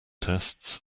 tests